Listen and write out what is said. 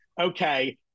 Okay